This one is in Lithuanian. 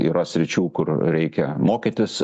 yra sričių kur reikia mokytis